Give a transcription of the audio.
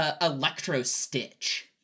Electro-Stitch